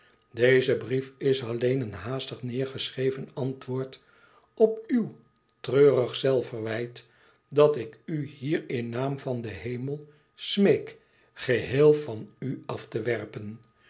deze brief is alleen een haastig neêrgeschreven antwoord op uw treurig zelfverwijt dat ik u hier in naam van den hemel smeek geheel van u af te werpen